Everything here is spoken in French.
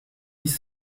dix